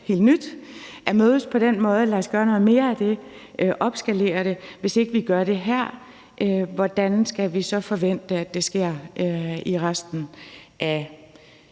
helt nyt. Lad os gøre noget mere af det og opskalere det. Hvis ikke vi gør det her, hvordan skal vi så forvente at det sker i resten af